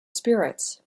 spirits